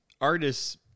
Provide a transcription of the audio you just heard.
artists